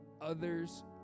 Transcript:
others